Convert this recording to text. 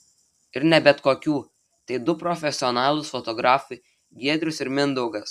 ir ne bet kokių tai du profesionalūs fotografai giedrius ir mindaugas